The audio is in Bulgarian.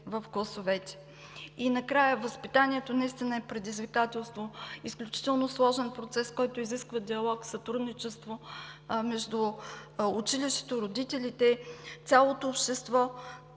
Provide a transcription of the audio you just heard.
в класовете. И накрая, възпитанието наистина е предизвикателство, изключително сложен процес, който изисква диалог, сътрудничество между училището, родителите, цялото общество,